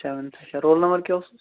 seventh چھا roll number کیٛاہ اوسُس